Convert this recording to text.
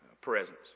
presence